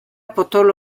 potolo